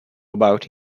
about